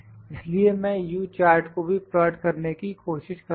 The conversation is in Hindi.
इसलिए मैं U चार्ट को भी प्लाट करने की कोशिश करुंगा